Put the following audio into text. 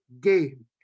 game